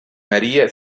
maria